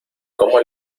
cómo